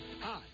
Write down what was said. Hi